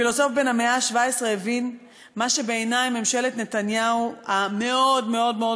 פילוסוף בן המאה ה-17 הבין מה שממשלת נתניהו המאוד-מאוד-מאוד